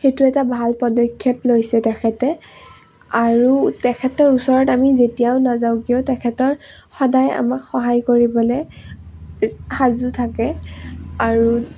সেইটো এটা ভাল পদক্ষেপ লৈছে তেখেতে আৰু তেখেতৰ ওচৰত আমি যেতিয়াও নাযাওঁক তেখেতৰ সদায় আমাক সহায় কৰিবলৈ সাজু থাকে আৰু